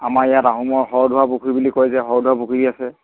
আমাৰ ইয়াত আহোমৰ শ ধোৱা পুখুৰী বুলি কয় যে শ ধোৱা পুখুৰী আছে